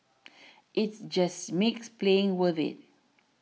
it's just makes playing worthwhile